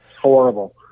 horrible